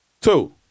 Two